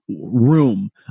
room